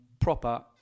proper